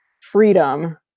freedom